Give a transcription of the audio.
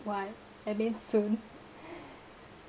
once I mean soon